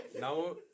now